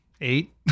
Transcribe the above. eight